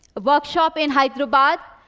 a workshop in hyderabad,